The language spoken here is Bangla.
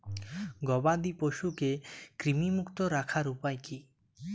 গবাদি পশুকে কৃমিমুক্ত রাখার উপায় কী?